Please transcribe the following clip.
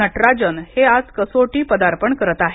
नटराजन हे आज कसोटी पदार्पण करत आहेत